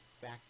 back